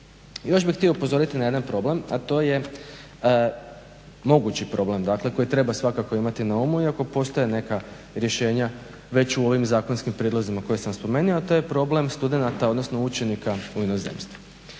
Još bih htio upozoriti na jedna problem, a to je mogući problem dakle koji treba svakako imati na umu iako postoje neka rješenja već u ovim zakonskim prijedlozima koje sam spomenuo, a to je problem studenata odnosnu učenika u inozemstvu.